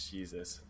Jesus